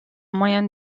moyen